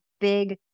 big